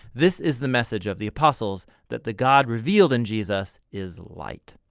this is the message of the apostles that the god revealed in jesus is light.